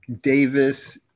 Davis